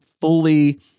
fully